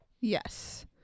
Yes